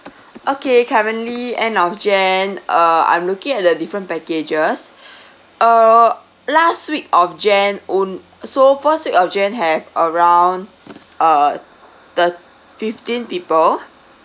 okay currently end of jan uh I'm looking at the different packages uh last week of jan own so first week of jan have around uh thir~ fifteen people